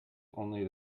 only